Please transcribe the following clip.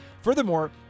Furthermore